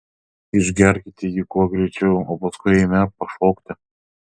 išgerkite jį kuo greičiau o paskui eime pašokti